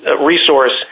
resource